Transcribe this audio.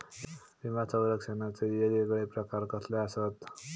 विमा सौरक्षणाचे येगयेगळे प्रकार कसले आसत?